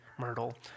Myrtle